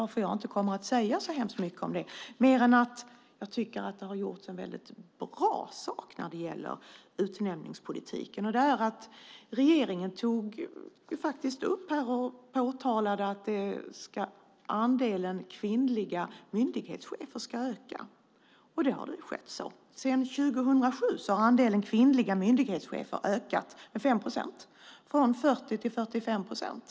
Därför kommer jag inte att säga så mycket mer om den än att jag tycker att det har gjorts en väldigt bra sak när det gäller utnämningspolitiken. Det är att regeringen påtalade att andelen kvinnliga myndighetschefer skulle öka, och det har skett så. Sedan 2007 har andelen kvinnliga myndighetschefer ökat med 5 procentenheter från 40 till 45 procent.